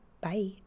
Bye